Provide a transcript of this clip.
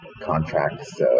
contracts